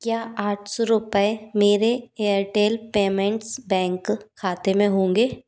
क्या आठ सौ रुपये मेरे एयरटेल पेमेंट्स बैंक खाते में होंगे